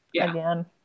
again